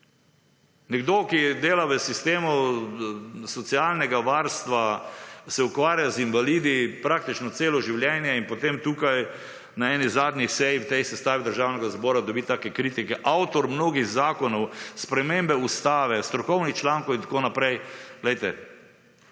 Nekdo, ki dela v sistemu socialnega varstva, se ukvarja z invalidi praktično celo življenje in potem tukaj na eni zadnjih sej v tej sestavi Državnega zbora dobi take kritike, avtor mnogih zakonov, spremembe Ustave, strokovnih članov, itn.,